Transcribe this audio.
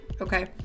Okay